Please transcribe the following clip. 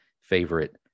favorite